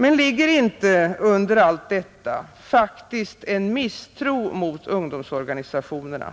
Men ligger inte under allt detta faktiskt en misstro mot ungdomsorganisationerna,